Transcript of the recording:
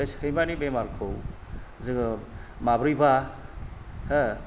बे सैमानि बेमारखौ जोङो माब्रैबा हो